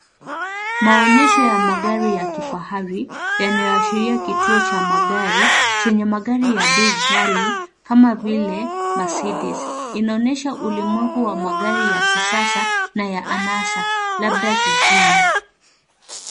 Maonyesho ya magari ya kifahari yanayoashiria kituo cha magari chenye magari ya bei ghali kama vile Macedes. Inaonyesha ulimwenhu wa magari ya kisasa na ya anasa labda jijini